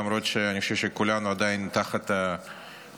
למרות שאני חושב שכולנו עדיין תחת הרושם